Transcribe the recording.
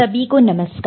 सभी को नमस्कार